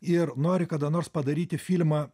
ir nori kada nors padaryti filmą